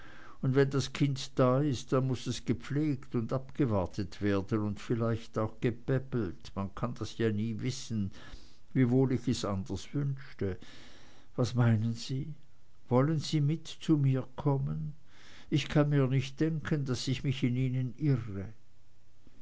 und wenn das kind da ist dann muß es gepflegt und abgewartet werden und vielleicht auch gepäppelt man kann das ja nicht wissen wiewohl ich es anders wünsche was meinen sie wollen sie mit zu mir kommen ich kann mir nicht denken daß ich mich in ihnen irre